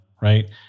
Right